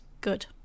good